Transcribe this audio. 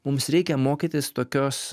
mums reikia mokytis tokios